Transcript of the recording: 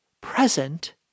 present